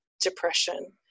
depression